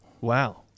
wow